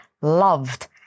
loved